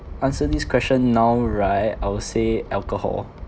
answer this question now right I will say alcohol